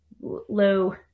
low